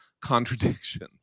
contradictions